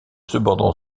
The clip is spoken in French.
cependant